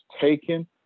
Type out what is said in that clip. taken